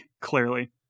Clearly